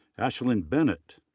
ashlynn bennett.